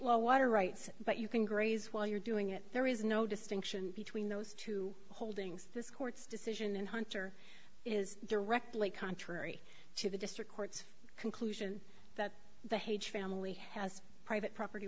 law water rights but you can graze while you're doing it there is no distinction between those two holdings this court's decision and hunter is directly contrary to the district court's conclusion that the hage family has private property